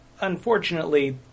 Unfortunately